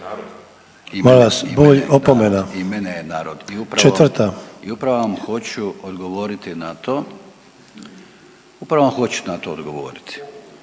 Radman, Gordan (HDZ)** I upravo vam hoću odgovoriti na to. Upravo vam hoću na to odgovoriti.